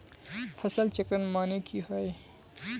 फसल चक्रण माने की होय?